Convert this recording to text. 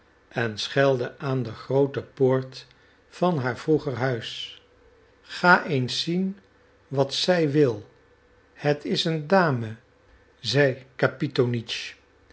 en schelde aan de groote poort van haar vroeger huis ga eens zien wat zij wil het is een dame zei